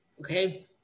Okay